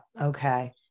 Okay